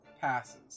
Passes